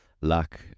luck